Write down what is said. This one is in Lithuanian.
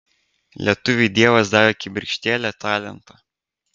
lietuviui dievas davė kibirkštėlę talento